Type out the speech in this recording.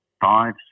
five